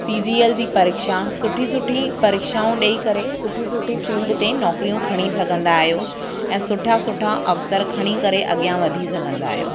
C G L जी परीक्षा सुठी सुठी परीक्षाऊं ॾेई करे सुठी सुठी फील्ड ते नौकिरियूं खणी सघंदा आहियो ऐं सुठा सुठा अवसर खणी करे अॻियां वधी सघंदा आहियो